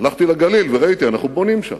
הלכתי לגליל וראיתי, אנחנו בונים שם,